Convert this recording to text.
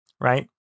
right